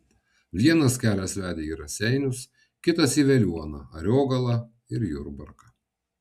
vienas kelias vedė į raseinius kitas į veliuoną ariogalą ir jurbarką